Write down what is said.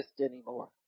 anymore